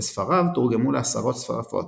וספריו תורגמו לעשרות שפות.